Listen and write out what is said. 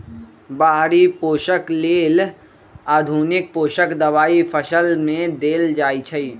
बाहरि पोषक लेल आधुनिक पोषक दबाई फसल में देल जाइछइ